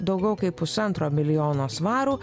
daugiau kaip pusantro milijono svarų